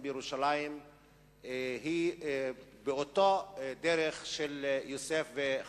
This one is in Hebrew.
בירושלים היא באותה דרך של יוסף וחבורתו.